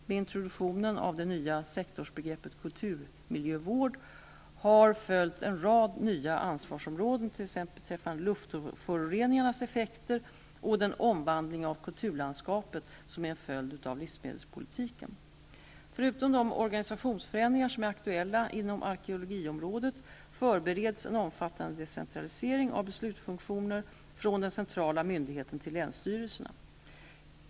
Med introduktionen av det nya sektorsbegreppet kulturmiljövård har följt en rad nya ansvarsområden, t.ex. beträffande luftföroreningarnas effekter och den omvandling av kulturlandskapet som är en följd av livsmedelspolitiken. Förutom de organisationsförändringar som är aktuella inom arkeologiområdet, förbereds en omfattande decentralisering av beslutsfunktioner från den centrala myndigheten till länsstyrelserna.